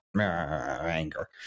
anger